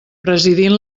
presidint